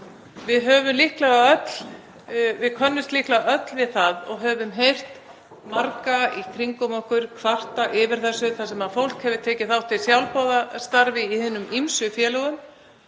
skráningarskyldu. Við könnumst líklega öll við það og höfum heyrt marga í kringum okkur kvarta yfir þessu, þar sem fólk hefur tekið þátt í sjálfboðastarfi í hinum ýmsu félögum